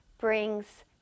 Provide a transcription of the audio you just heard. brings